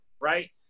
right